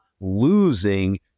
losing